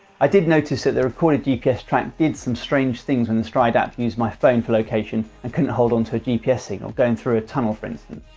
i did notice that the recorded gps track did some strange things when the stryd app used my phone for location and couldn't hold on to a gps signal going through a tunnel for instance.